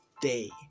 day